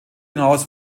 hinaus